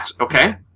okay